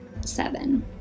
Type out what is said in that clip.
seven